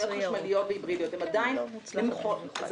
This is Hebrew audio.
מספרי מכוניות חשמליות והיברידיות עדיין נמוכים מאוד.